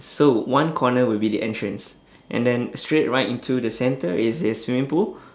so one corner will be the entrance and then straight right into the centre is the swimming pool